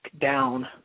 down